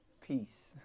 peace